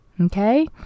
okay